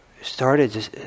started